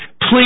please